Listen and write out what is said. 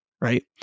Right